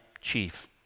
chief